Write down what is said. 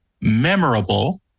memorable